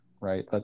right